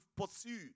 pursue